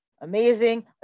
amazing